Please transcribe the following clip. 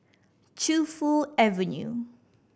Tu Fu Avenue